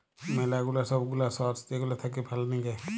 ম্যালা গুলা সব গুলা সর্স যেগুলা থাক্যে ফান্ডিং এ